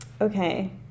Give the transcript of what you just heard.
Okay